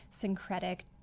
syncretic